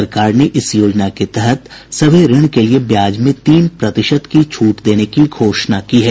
सरकार ने इस योजना के तहत सभी ऋण के लिए ब्याज में तीन प्रतिशत की छूट देने की घोषणा की है